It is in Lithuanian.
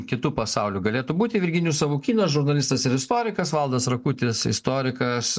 kitu pasauliu galėtų būti virginijus savukynas žurnalistas ir istorikas valdas rakutis istorikas